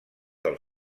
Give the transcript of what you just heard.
del